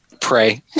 Pray